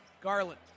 Garland